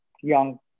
young